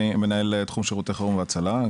אני מנהל תחום שירותי חירום והצלה,